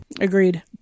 Agreed